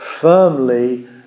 firmly